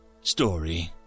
story